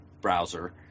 browser